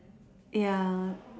ya